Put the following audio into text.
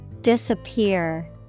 Disappear